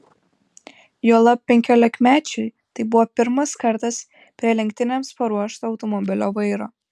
juolab penkiolikmečiui tai buvo pirmas kartas prie lenktynėms paruošto automobilio vairo